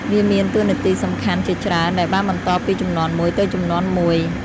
វាមានតួនាទីសំខាន់ជាច្រើនដែលបានបន្តពីជំនាន់មួយទៅជំនាន់មួយ។